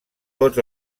tots